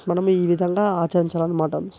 మనం ఈ విధంగా ఆచరించాలన్నమాట